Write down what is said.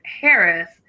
Harris